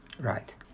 Right